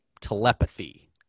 telepathy